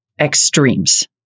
extremes